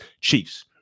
Chiefs